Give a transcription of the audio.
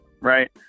Right